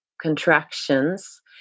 contractions